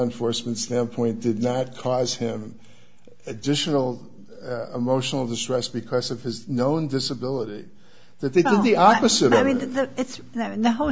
enforcement standpoint did not cause him additional emotional distress because of his known disability